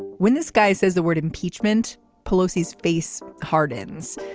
when this guy says the word impeachment pelosi's face hardens.